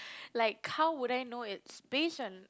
like how would I know it's based on